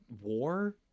War